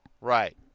Right